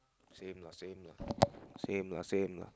same lah same lah same lah same lah